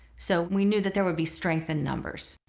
so we knew that there would be strength in numbers.